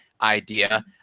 idea